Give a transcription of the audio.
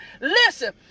Listen